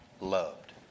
loved